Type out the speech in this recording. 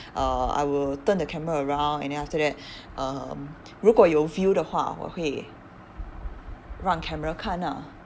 uh I will turn the camera around and then after that um 如果有 view 的话我会让 camera 看 ah